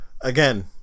again